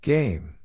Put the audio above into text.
Game